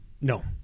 No